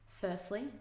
Firstly